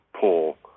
pull